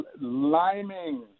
liming